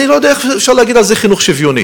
לא יודע איך אפשר לקרוא לזה חינוך שוויוני.